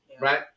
Right